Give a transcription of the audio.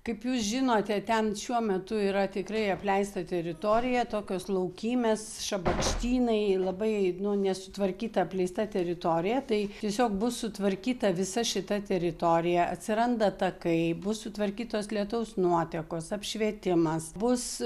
kaip jūs žinote ten šiuo metu yra tikrai apleista teritorija tokios laukymės šabakštynai labai nu nesutvarkyta apleista teritorija tai tiesiog bus sutvarkyta visa šita teritorija atsiranda takai bus sutvarkytos lietaus nuotekos apšvietimas bus